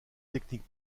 techniques